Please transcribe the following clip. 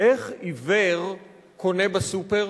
איך עיוור קונה בסופר?